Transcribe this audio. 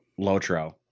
Lotro